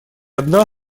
одна